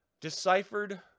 deciphered